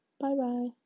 Bye-bye